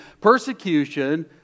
persecution